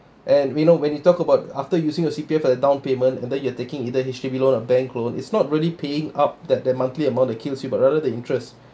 and we know when you talk about after using your C_P_F at the down payment and then you are taking either H_D_B loan or the bank loan it's not really paying out that that the monthly amount kills you but rather the interest